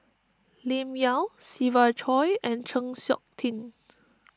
Lim Yau Siva Choy and Chng Seok Tin